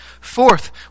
Fourth